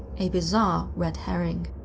a bizarre red herring.